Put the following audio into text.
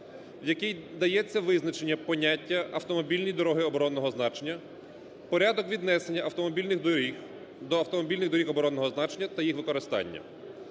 в якій дається визначення поняття "автомобільні дороги оборонного значення", порядок віднесення автомобільних доріг до "автомобільних доріг оборонного значення та їх використання".